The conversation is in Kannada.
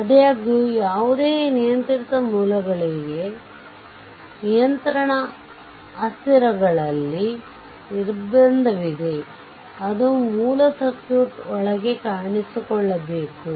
ಆದಾಗ್ಯೂ ಯಾವುದೇ ನಿಯಂತ್ರಿತ ಮೂಲಗಳಿಗೆ ನಿಯಂತ್ರಣ ಅಸ್ಥಿರಗಳಲ್ಲಿ ನಿರ್ಬಂಧವಿದೆ ಅದು ಮೂಲ ಸರ್ಕ್ಯೂಟ್ ಒಳಗೆ ಕಾಣಿಸಿಕೊಳ್ಳಬೇಕು